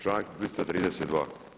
Članak 232.